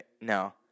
No